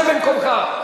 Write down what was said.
שב במקומך.